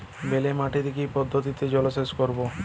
বেলে মাটিতে কি পদ্ধতিতে জলসেচ করব?